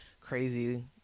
crazy